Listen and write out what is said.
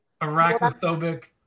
arachnophobic